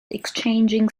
exchanging